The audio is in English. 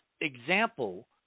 example –